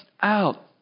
out